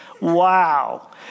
wow